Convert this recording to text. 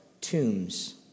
tombs